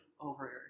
over